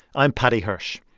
i'm paddy hirsch.